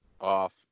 off